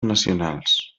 nacionals